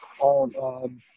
on